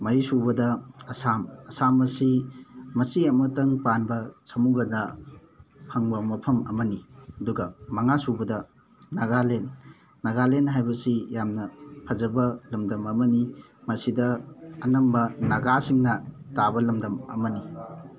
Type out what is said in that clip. ꯃꯔꯤꯁꯨꯕꯗ ꯑꯁꯥꯝ ꯑꯁꯥꯝ ꯑꯁꯤ ꯃꯆꯤ ꯑꯃꯇꯪ ꯄꯥꯟꯕ ꯁꯥꯃꯨ ꯒꯟꯙꯥ ꯐꯪꯕ ꯃꯐꯝ ꯑꯃꯅꯤ ꯑꯗꯨꯒ ꯃꯉꯥꯁꯨꯕꯗ ꯅꯥꯒꯥꯂꯦꯟ ꯅꯥꯒꯥꯂꯦꯟ ꯍꯥꯏꯕꯁꯤ ꯌꯥꯝꯅ ꯐꯖꯕ ꯂꯝꯗꯝ ꯑꯃꯅꯤ ꯃꯁꯤꯗ ꯑꯅꯝꯕ ꯅꯥꯒꯥꯁꯤꯡꯅ ꯇꯥꯕ ꯂꯝꯗꯝ ꯑꯃꯅꯤ